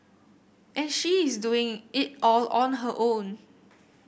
and she is doing it all on her own